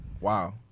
Wow